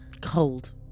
Cold